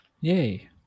yay